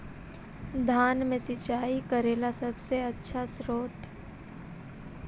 धान मे सिंचाई करे ला सबसे आछा स्त्रोत्र?